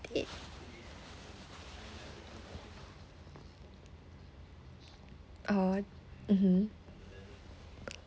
it uh mmhmm